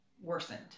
worsened